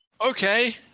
Okay